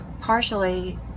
partially